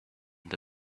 and